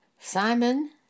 Simon